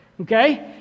okay